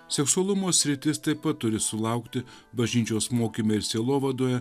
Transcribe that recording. seksualumo sritis taip pat turi sulaukti bažnyčios mokyme ir sielovadoje